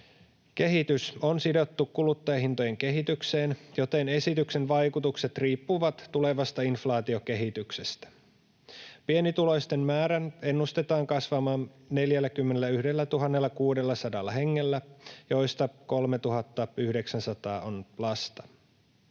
kehitys on sidottu kuluttajahintojen kehitykseen, joten esityksen vaikutukset riippuvat tulevasta inflaatiokehityksestä. Pienituloisten määrän ennustetaan kasvavan 41 600 hengellä, joista 3 900 on lasta.